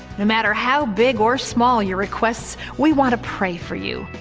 no matter how big or small your requests, we want to pray for you.